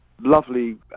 lovely